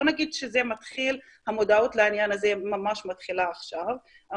בוא נגיד שהמודעות לעניין הזה ממש מתחילה עכשיו ואני